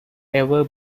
ever